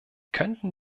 könnten